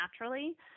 naturally